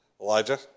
Elijah